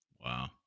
Wow